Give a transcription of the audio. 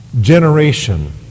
generation